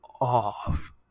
off